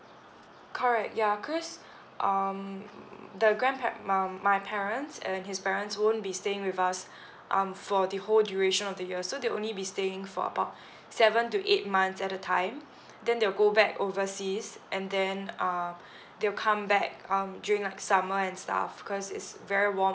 correct ya cause um the grandpar~ my my parents and his parents won't be staying with us um for the whole duration of the year so they'll only be staying for about seven to eight months at a time then they will go back overseas and then uh they'll come back um during like summer and stuff cause it's very warm